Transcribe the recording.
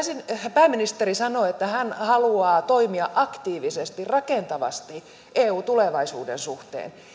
pääministeri sanoo että hän haluaa toimia aktiivisesti rakentavasti eu tulevaisuuden suhteen